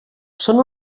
són